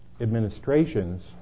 administrations